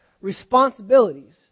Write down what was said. Responsibilities